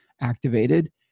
activated